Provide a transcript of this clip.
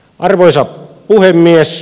arvoisa puhemies